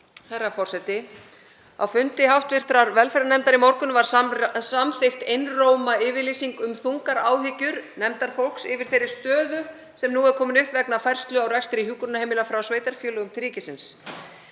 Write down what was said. Herra forseti. Á fundi hv. velferðarnefndar í morgun var samþykkt einróma yfirlýsing um þungar áhyggjur nefndarfólks yfir þeirri stöðu sem nú er komin upp vegna færslu á rekstri hjúkrunarheimila frá sveitarfélögum til ríkisins.